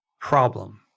problem